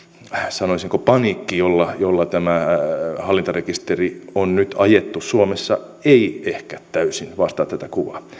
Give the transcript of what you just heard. sanoisinko paniikki jolla tämä hallintarekisteri on nyt ajettu suomessa ei ehkä täysin vastaa tätä kuvaa